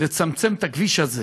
לצמצם את הכביש הזה